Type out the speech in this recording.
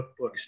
cookbooks